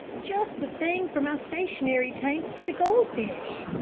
just the thing for my stationary tank for the goldfish,